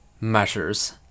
measures